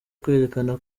kwerekana